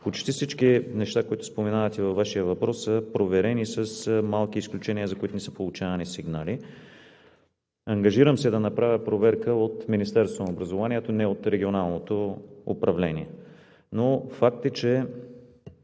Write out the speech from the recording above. Почти всички неща, които споменавате във Вашия въпрос, са проверени с малки изключения, за които не са получавани сигнали. Ангажирам се да направя проверка от Министерството на образованието, а не от Регионалното управление, но факт е, че